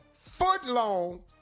Foot-long